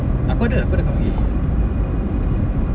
aku ada aku ada kawan lagi